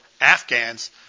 Afghans